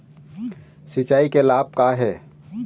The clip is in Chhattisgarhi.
सिचाई के लाभ का का हे?